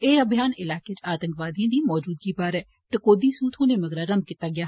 एह अभियान इलाके च आतंकवादिए दी मौजूदगी बारे टकोह्दी सूह थ्होने मगरा रम्भ कीता गेआ